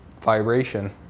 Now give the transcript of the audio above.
vibration